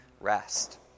rest